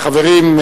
חברים,